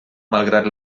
malgrat